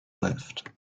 left